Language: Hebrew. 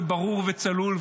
ברור וצלול,